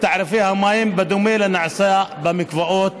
בדומה לנעשה במקוואות